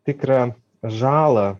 tikrą žalą